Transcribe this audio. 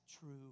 true